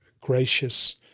gracious